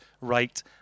right